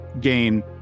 gain